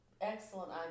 excellent